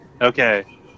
Okay